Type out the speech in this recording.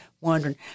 wondering